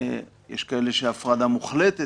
יש כאלה שהפרדה מוחלטת,